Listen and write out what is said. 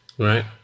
Right